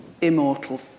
Immortal